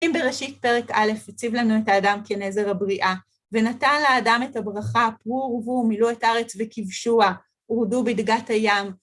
אם בראשית פרק א' הציב לנו את האדם כנזר הבריאה, ונתן לאדם את הברכה, פרו ורבו ומילאו את ארץ וכבשוה, ורדו בדגת הים,